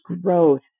growth